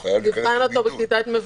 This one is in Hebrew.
הוא חייב להיכנס לבידוד.